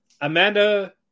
Amanda